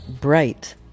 bright